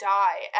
die